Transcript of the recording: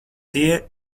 tie